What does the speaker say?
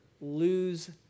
lose